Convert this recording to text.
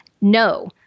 no